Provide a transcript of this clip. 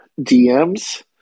DMs